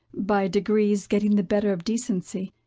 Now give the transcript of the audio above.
by degrees getting the better of decency,